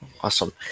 awesome